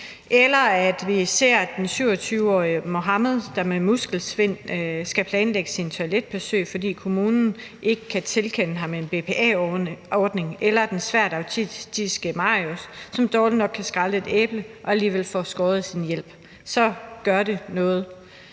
eller vi ser, at den 27-årig Muhammed med muskelsvind skal planlægge sine toiletbesøg, fordi kommunen ikke kan tilkende ham en BPA-ordning, eller den svært autistiske Marius, som dårligt nok kan skrælle et æble, og alligevel får skåret i sin hjælp, så gør det noget